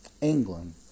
England